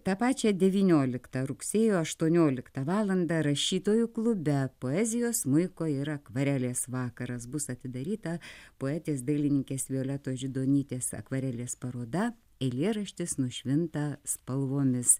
tą pačią devynioliktą rugsėjo aštuonioliktą valandą rašytojų klube poezijos smuiko ir akvarelės vakaras bus atidaryta poetės dailininkės violetos židonytės akvarelės paroda eilėraštis nušvinta spalvomis